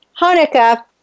Hanukkah